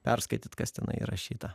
perskaityt kas tenai įrašyta